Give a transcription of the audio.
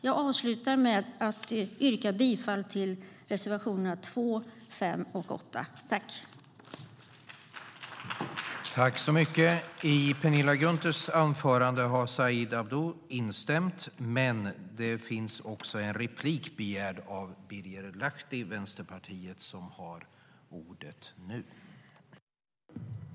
Jag yrkar bifall till reservationerna 2, 5 och 8.I detta anförande instämde Said Abdu .